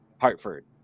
Hartford